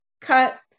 cut